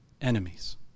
Enemies